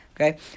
Okay